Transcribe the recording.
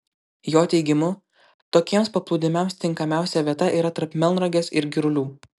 jo teigimu tokiems paplūdimiams tinkamiausia vieta yra tarp melnragės ir girulių